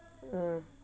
mm